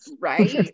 right